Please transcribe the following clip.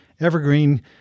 evergreen